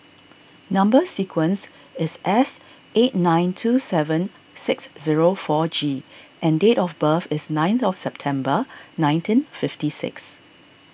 Number Sequence is S eight nine two seven six zero four G and date of birth is nineth of September nineteen fifty six